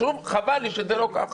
חבל לי שזה לא ככה.